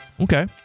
okay